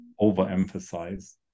overemphasize